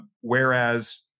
whereas